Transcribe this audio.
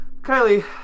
Kylie